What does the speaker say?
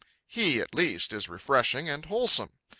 he, at least, is refreshing and wholesome.